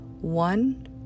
One